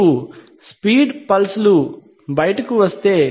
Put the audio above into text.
మీకు స్పీడ్ గా పల్స్ లు బయటకు వస్తే